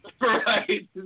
Right